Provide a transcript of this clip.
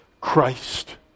Christ